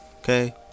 Okay